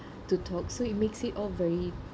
to talk so it makes it all very